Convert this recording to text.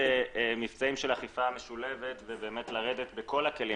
מבצעים של אכיפה משולבת ולרדת בכל הכלים,